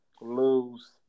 lose